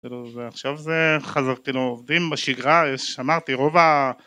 ועכשיו חזרתי לעובדים בשגרה, יש, אמרתי רוב